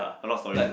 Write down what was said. a lot of stories ah